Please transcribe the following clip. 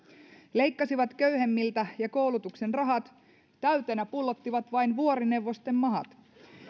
leikkasivat köyhemmiltä ja koulutuksen rahat täytenä pullottivat vain vuorineuvosten mahat